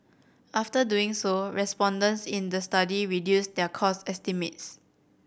after doing so respondents in the study reduced their cost estimates